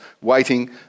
waiting